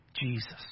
Jesus